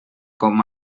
com